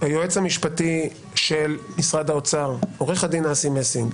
היועץ המשפטי של משרד האוצר, עו"ד אסי מסינג,